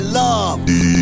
love